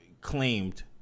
claimed